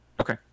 Okay